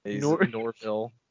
Norville